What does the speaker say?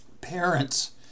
Parents